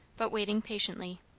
but waiting patiently.